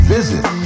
Visit